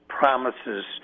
promises